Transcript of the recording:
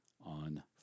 on